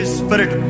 spirit